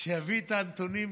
שיביא את הנתונים,